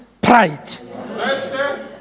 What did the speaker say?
pride